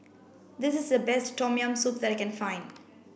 this is the best tom yam soup that I can find